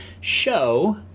show